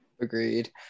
Agreed